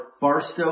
Barstow